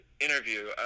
interview